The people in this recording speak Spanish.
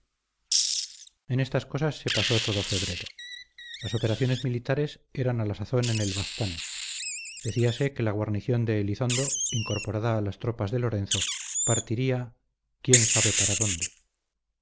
en estas cosas se pasó todo febrero las operaciones militares eran a la sazón en el baztán decíase que la guarnición de elizondo incorporada a las tropas de lorenzo partiría quién sabe para dónde